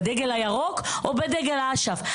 בדגל הירוק או בדגל אש"ף?